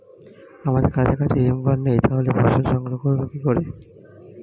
আমাদের কাছাকাছি হিমঘর নেই তাহলে ফসল সংগ্রহ করবো কিভাবে?